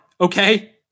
okay